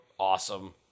Awesome